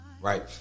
right